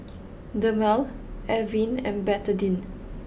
Dermale Avene and Betadine